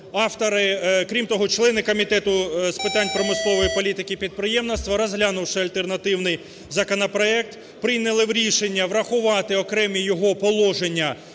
Крім того, члени Комітету з питань промислової політики і підприємництва, розглянувши альтернативний законопроект, прийняли рішення врахувати окремі його положення